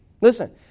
Listen